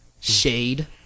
Shade